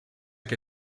che